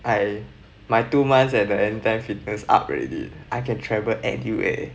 I my two months at anytime fitness up already I can travel anywhere